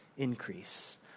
increase